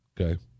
okay